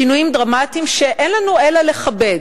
שינויים דרמטיים שאין לנו אלא לכבד.